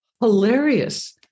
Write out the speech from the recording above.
hilarious